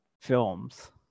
films